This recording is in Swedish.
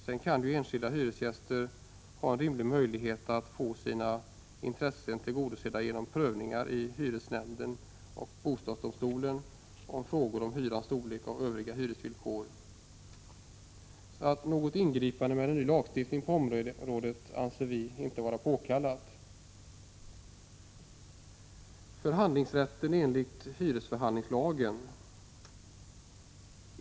Sedan kan enskilda hyresgäster ha en rimlig möjlighet att få sina intressen tillgodosedda genom prövning i hyresnämnd och bostadsdomstol när det gäller frågor om hyrans storlek och övriga hyresvillkor. Något ingripande med en ny lagstiftning på området anser vi således inte vara påkallat. Sedan något om förhandlingsrätten enligt hyresförhandlingslagen.